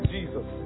Jesus